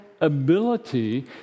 ability